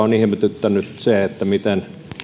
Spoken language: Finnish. on ihmetyttänyt se miten